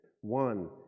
One